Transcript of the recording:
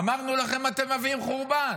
אמרנו לכם: אתם מביאים חורבן.